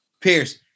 Pierce